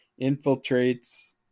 infiltrates